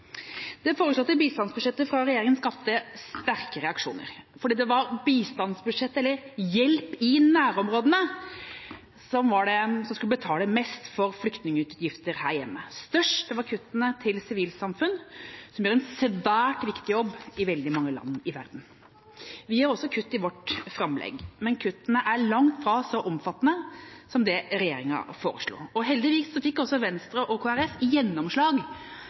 Det foreslåtte bistandsbudsjettet fra regjeringa skapte sterke reaksjoner fordi det var bistandsbudsjettet eller hjelp i nærområdene som skulle betale mest for flyktningutgifter her hjemme. Størst var kuttene til sivilsamfunn, som gjør en svært viktig jobb i veldig mange land i verden. Vi gjør også kutt i vårt framlegg, men kuttene er langt fra så omfattende som det regjeringa foreslo. Heldigvis fikk Venstre og Kristelig Folkeparti gjennomslag